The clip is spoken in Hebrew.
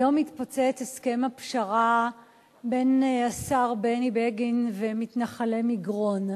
היום התפוצץ הסכם הפשרה בין השר בני בגין למתנחלי מגרון.